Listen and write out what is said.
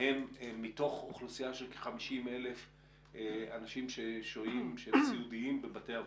הם מתוך האוכלוסייה של כ-50,000 אנשים סיעודיים ששוהים בבתי האבות.